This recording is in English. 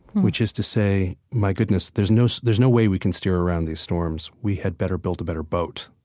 which is to say, my goodness there's no so there's no way we can steer around these storms we had better build a better boat.